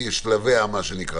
שלביה.